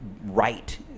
right